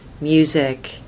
music